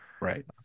Right